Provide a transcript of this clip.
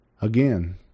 again